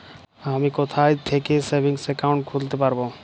আমি কোথায় থেকে সেভিংস একাউন্ট খুলতে পারবো?